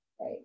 Right